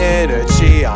energy